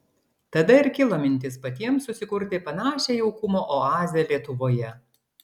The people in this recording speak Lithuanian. tada ir kilo mintis patiems susikurti panašią jaukumo oazę lietuvoje